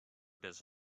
does